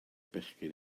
bechgyn